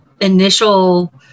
initial